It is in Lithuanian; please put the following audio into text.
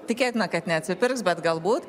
tikėtina kad neatsipirks bet galbūt